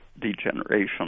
degeneration